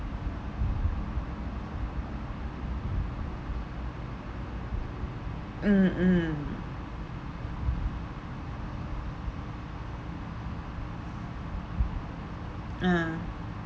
mm mm ah